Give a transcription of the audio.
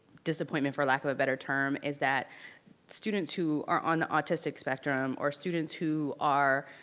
disappointment, for lack of a better term, is that students who are on the autistic spectrum or students who are.